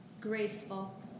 graceful